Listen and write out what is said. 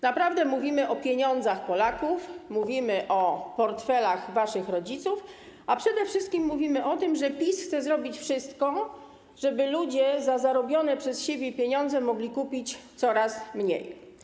Naprawdę mówimy o pieniądzach Polaków, mówimy o portfelach waszych rodziców, a przede wszystkim mówimy o tym, że PiS chce zrobić wszystko, żeby ludzie za zarobione przez siebie pieniądze mogli kupić coraz mniej.